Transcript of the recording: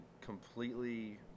completely